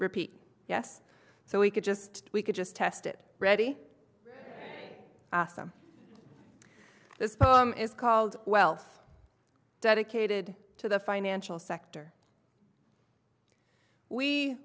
repeat yes so we could just we could just test it ready awesome this poem is called wealth dedicated to the financial sector we